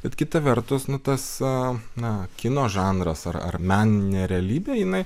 bet kita vertus nu tas na kino žanras ar meninė realybė jinai